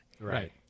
right